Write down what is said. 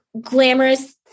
glamorous